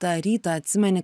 tą rytą atsimeni